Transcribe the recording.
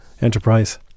enterprise